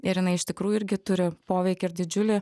ir jinai iš tikrųjų irgi turi poveikį ir didžiulį